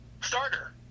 starter